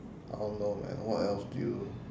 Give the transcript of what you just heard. I don't know man what else do you